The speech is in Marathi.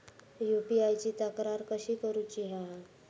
यू.पी.आय ची तक्रार कशी करुची हा?